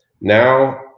Now